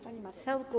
Panie Marszałku!